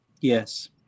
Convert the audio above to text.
Yes